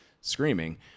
screaming